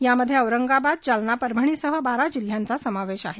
यामध्ये औरंगाबाद जालना परभणीसह बारा जिल्ह्यांचा समावेश आहे